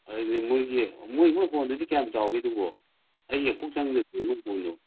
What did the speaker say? ꯑꯗꯨꯗꯤ ꯃꯣꯏꯒꯤ ꯃꯣꯏ ꯍꯣꯜꯗꯨꯗꯤ ꯀꯌꯥꯝ ꯆꯥꯎꯒꯦ ꯑꯗꯨꯕꯣ ꯑꯩ ꯑꯃꯨꯛꯐꯥꯎ ꯆꯪꯗꯔꯤ ꯃꯣꯏ ꯍꯣꯜꯗꯣ